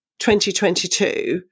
2022